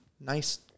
nice